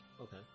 Okay